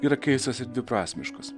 yra keistas ir dviprasmiškas